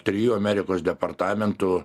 trijų amerikos departamentų